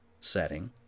setting